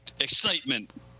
excitement